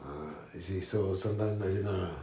uh you see so sometime like that lah